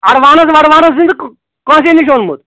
advance وٮ۪ڈوانٕس کٲنسی نِش اوٚنمُت